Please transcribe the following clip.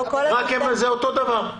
זה אותו דבר.